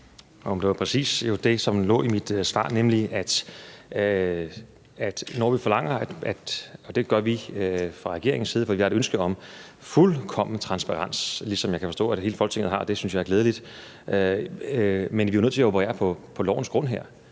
det var jo præcis det, som lå i mit svar. Altså, vi har fra regeringens side et ønske om fuldkommen transparens, som jeg kan forstå at hele Folketinget har – det synes jeg er glædeligt – men vi er jo nødt til at operere på lovens grund her.